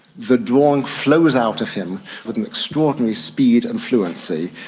the drawing flows out of him with an extraordinary speed and fluency.